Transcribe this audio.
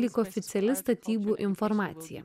lyg oficiali statybų informacija